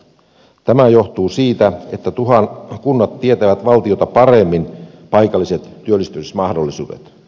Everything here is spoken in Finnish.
tämä johtuu siitä että kunnat tietävät valtiota paremmin paikalliset työllistymismahdollisuudet